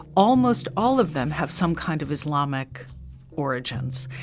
almost all of them have some kind of islamic origins.